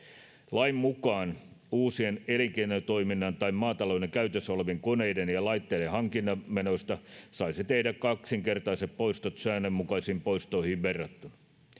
lain mukaan uusien elinkeinotoiminnan tai maatalouden käytössä olevien koneiden ja laitteiden hankinnan menoista saisi tehdä kaksinkertaiset poistot säännönmukaisiin poistoihin verrattuna